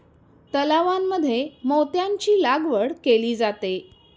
तलावांमध्ये मोत्यांची लागवड केली जाते